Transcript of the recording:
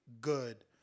good